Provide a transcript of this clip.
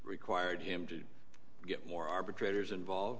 required him to get more arbitrators involved